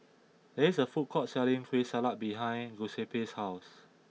there is a food court selling Kueh Salat behind Giuseppe's house